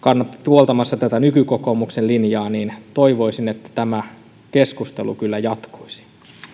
puoltamassa tätä nykykokoomuksen linjaa toivoisin kyllä että tämä keskustelu jatkuisi